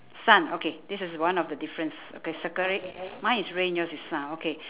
sun okay this is one of the difference okay circle it mine is rain yours is sun okay